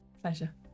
Pleasure